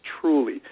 truly